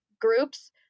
groups